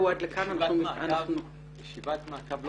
ישיבת מעקב.